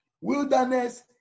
Wilderness